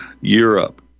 Europe